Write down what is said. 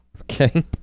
Okay